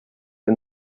ihr